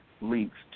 links